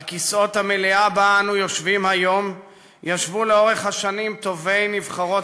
על כיסאות המליאה שבה אנו יושבים היום ישבו לאורך השנים טובי נבחרות